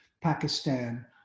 Pakistan